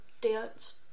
dance